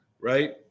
right